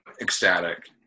ecstatic